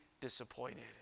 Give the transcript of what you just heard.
disappointed